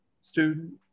Student